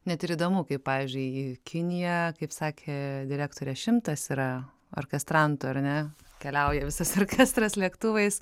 net ir įdomu kaip pavyzdžiui į kiniją kaip sakė direktorė šimtas yra orkestrantų ar ne keliauja visas orkestras lėktuvais